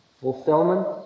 Fulfillment